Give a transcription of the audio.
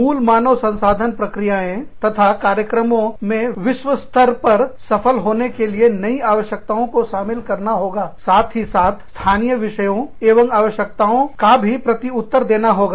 मूल मानव संसाधन प्रक्रियाएं तथा कार्यक्रमों में विश्व स्तर पर सफल होने के लिए नई आवश्यकताओं को शामिल करना होगा साथ ही साथ स्थानीय विषयों एवं आवश्यकताओं का भी प्रति उत्तर देना होगा